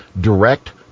direct